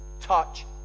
touch